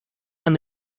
and